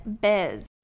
Biz